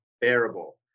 bearable